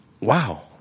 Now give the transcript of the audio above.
wow